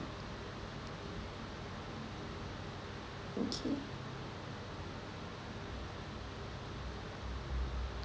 okay